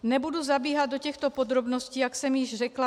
Nebudu zabíhat do těchto podrobností, jak jsem již řekla.